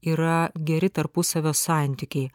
yra geri tarpusavio santykiai